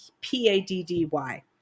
P-A-D-D-Y